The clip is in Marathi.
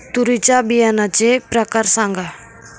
तूरीच्या बियाण्याचे प्रकार सांगा